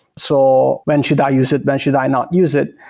so when should i use it? when should i not use it?